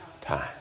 Time